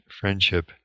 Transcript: friendship